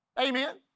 Amen